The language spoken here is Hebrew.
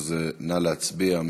נא להצביע.